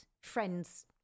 friends